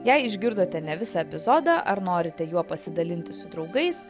jei išgirdote ne visą epizodą ar norite juo pasidalinti su draugais